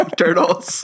turtles